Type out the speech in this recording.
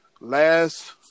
last